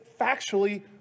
factually